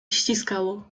ściskało